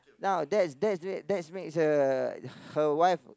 now that that's make that's makes uh her wife